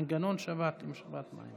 ההצעה מתקבלת ועוברת להמשך דיון